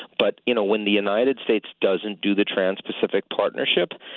but, you know, when the united states doesn't do the trans-pacific partnership,